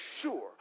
sure